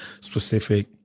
specific